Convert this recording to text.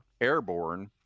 airborne